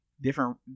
different